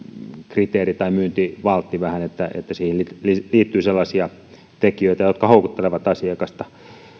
vähän semmoinen myyntivaltti että siihen liittyy sellaisia tekijöitä jotka houkuttelevat asiakasta